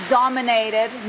dominated